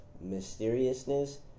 mysteriousness